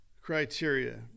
criteria